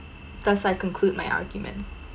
thus I conclude my argument